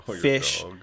fish